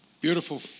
Beautiful